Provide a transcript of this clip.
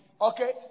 okay